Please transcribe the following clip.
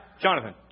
Jonathan